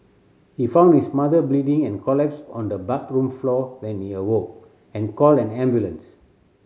he found his mother bleeding and collapsed on the bathroom floor when he awoke and called an ambulance